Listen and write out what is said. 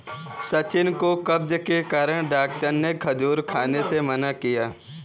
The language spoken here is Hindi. सचिन को कब्ज के कारण डॉक्टर ने खजूर खाने से मना किया